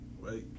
right